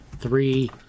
three